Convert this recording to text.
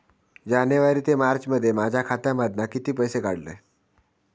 जानेवारी ते मार्चमध्ये माझ्या खात्यामधना किती पैसे काढलय?